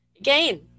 Again